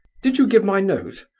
did you give my note?